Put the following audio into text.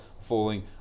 falling